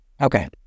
Okay